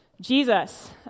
Jesus